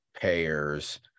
payers